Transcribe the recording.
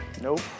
Nope